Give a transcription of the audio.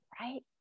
right